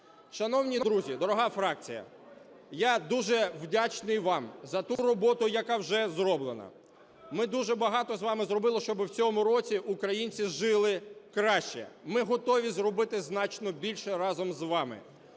Шановні друзі, дорога фракція, я дуже вдячний вам за ту роботу, яка вже зроблена. Ми дуже багато з вами зробили, щоб в цьому році українці жили краще. Ми готові зробити значно більше разом з вами.